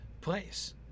place